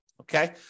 okay